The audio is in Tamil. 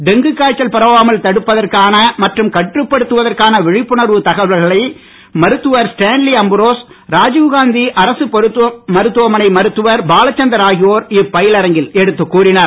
டெங்கு காய்ச்சல் பரவாமல் தடுப்பதற்கான மற்றும் கட்டுப்படுத்துவதற்கான விழிப்புணர்வு தகவல்களை மருத்துவர் திரு ஸ்டேன்லி அம்ரோஸ் ராஜீவ்காந்தி அரசு மருத்தவமனை மருத்துவர் பாலசந்தர் ஆகியோர் இப்பயிலரங்கில் எடுத்துக் கூறினர்